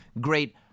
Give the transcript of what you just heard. great